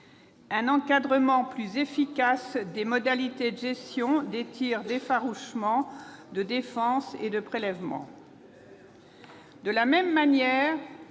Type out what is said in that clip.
un encadrement plus efficace des modalités de gestion des tirs d'effarouchement, de défense et de prélèvement.